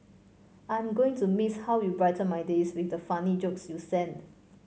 I am going to miss how you brighten my days with the funny jokes you sent